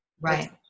Right